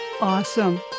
Awesome